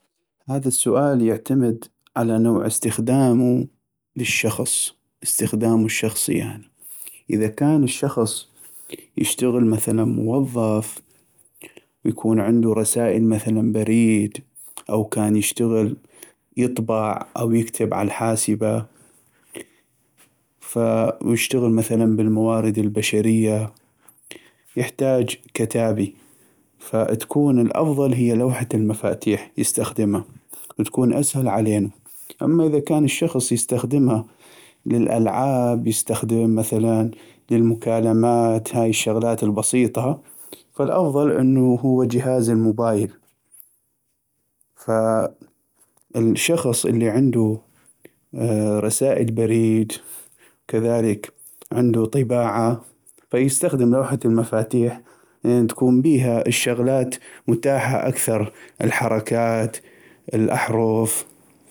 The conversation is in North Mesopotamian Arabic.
هذا السؤال يعتمد على نوع استخدامو للشخص استخدامو الشخصي اذا كان الشخص يشتغل مثلا موظف يكون عندو رسائل مثلا بريد او كان يشتغل يطبع أو يكتب عالحاسبة ف يشتغل مثلا بالموارد البشرية يحتاج كتابي ف تكون الافضل هي لوحة المفاتيح يستخدما تكون اسهل علينو أما إذا كان الشخص يستخدما للالعاب يستخدم مثلا للمكالمات فالافضل انو هو جهاز الموبايل فالشخص اللي عندو رسائل بريد كذلك عندو طباعة فيستخدم لو حة المفاتيح لأن تكون بيها الشغلات متاحة اكثغ الحركات الاحرف